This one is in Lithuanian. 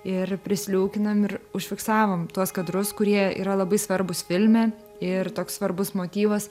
ir prisliūkinam ir užfiksavom tuos kadrus kurie yra labai svarbūs filme ir toks svarbus motyvas